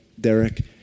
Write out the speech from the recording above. Derek